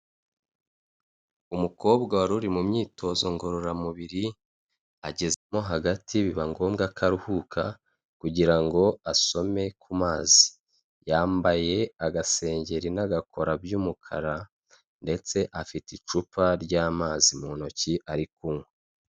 Umukobwa wari uri mu myitozo ngororamubiri agezemo hagati biba ngombwa ko aruhuka kugira ngo asome ku mazi, yambaye agasengeri n'agakora by'umukara ndetse afite icupa ry'amazi mu ntoki ari kunywa.